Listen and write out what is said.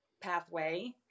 pathway